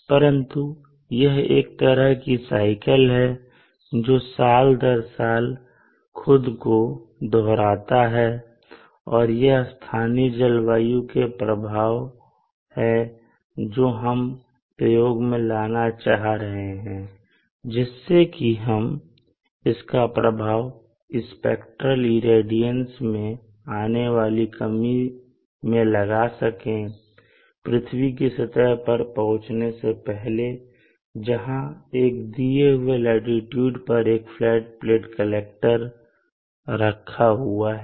परंतु यह एक तरह का साइकिल है जो साल दर साल खुद को दोहराता है और यही स्थानीय जलवायु के प्रभाव है जो हम प्रयोग में लाना चाह रहे हैं जिससे कि हम इसका प्रभाव स्पेक्ट्रल इरेडियंस में आने वाली कमी मे लगा सके पृथ्वी की सतह पर पहुंचने से पहले जहां एक दिए हुए लोकेलिटी पर फ्लैट प्लेट कलेक्टर रखा हुआ है